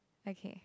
okay